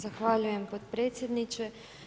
Zahvaljujem podpredsjedniče.